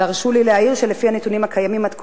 הרשו לי להעיר שלפי הנתונים הקיימים עד כה,